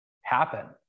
happen